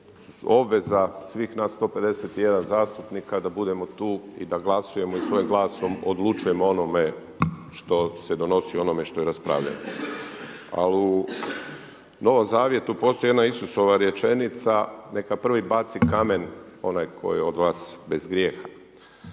obveza svih nas 151 zastupnika da budemo tu i da glasujemo i svojim glasom odlučujemo o onome što se donosi, o onome što je raspravljeno. Ali u Novom zavjetu postoji jedna Isusova rečenica neka prvi baci kamen onaj koji je od vas bez grijeha.